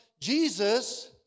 Jesus